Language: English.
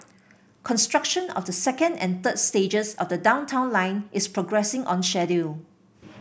construction of the second and third stages of the Downtown Line is progressing on schedule